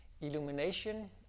illumination